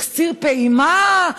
החסיר פעימה?